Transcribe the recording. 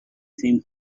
seemed